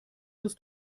ist